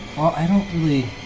well, i don't really